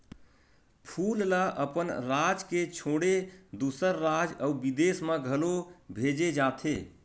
फूल ल अपन राज के छोड़े दूसर राज अउ बिदेस म घलो भेजे जाथे